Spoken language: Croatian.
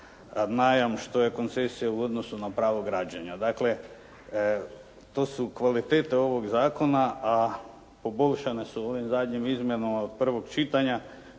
najam, što je koncesija u odnosu na pravo građenja. Dakle, to su kvalitete ovog zakona, a poboljšane su ovim zadnjim izmjenama od prvog čitanja